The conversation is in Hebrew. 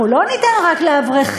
אנחנו לא ניתן רק לאברכים,